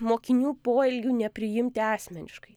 mokinių poelgių nepriimti asmeniškai